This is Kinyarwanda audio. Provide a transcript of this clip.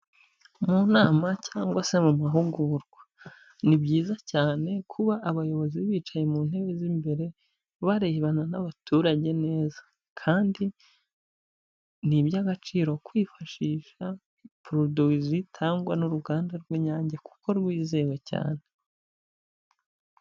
Mu nama cyangwa se mu mahugurwa. Ni byiza cyane kuba abayobozi bicaye mu ntebe z'imbere, barebana n'abaturage neza kandi ni iby'agaciro kwifashisha puroduwi zitangwa n'uruganda rw'Inyange kuko rwizewe cyane.